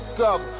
up